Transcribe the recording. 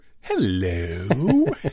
hello